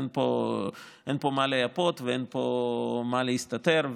אין פה מה לייפות ואין פה מה להסתתר,